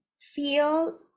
feel